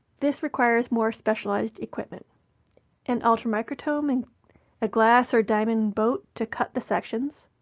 this requires more specialized equipment an ultramicrotome, and a glass or diamond boat to cut the sections,